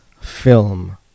film